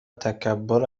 تکبر